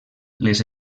les